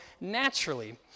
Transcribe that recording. naturally